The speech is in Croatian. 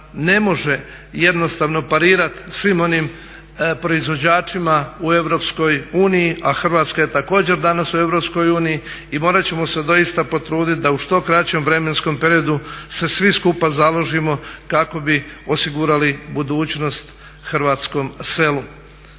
ne može parirati svim onim proizvođačima u EU, a Hrvatska je također danas u EU i morat ćemo se doista potruditi da što u kraćem vremenskom periodu se svi skupa založimo kako bi osigurali budućnost hrvatskom selu.